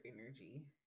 energy